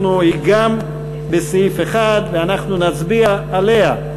היא גם בסעיף 1, ואנחנו נצביע עליה.